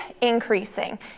increasing